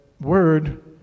word